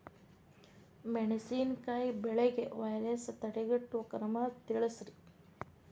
ಮೆಣಸಿನಕಾಯಿ ಬೆಳೆಗೆ ವೈರಸ್ ತಡೆಗಟ್ಟುವ ಕ್ರಮ ತಿಳಸ್ರಿ